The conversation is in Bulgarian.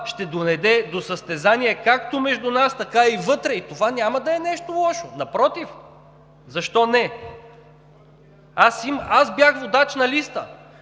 ще доведе до състезание както между нас, така и вътре. И това няма да е нещо лошо, напротив, защо не?! Аз бях водач на листа.